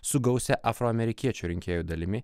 su gausia afroamerikiečių rinkėjų dalimi